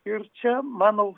ir čia mano